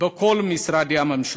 בכל משרדי הממשלה.